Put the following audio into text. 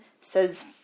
says